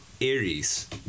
Aries